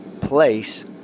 place